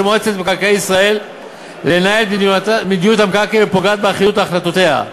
מועצת מקרקעי ישראל לנהל את מדיניות המקרקעין הפוגעת באחידות החלטותיה.